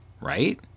right